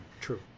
True